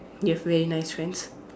you have really nice friends